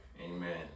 amen